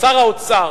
שר האוצר,